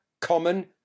common